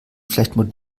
vielleicht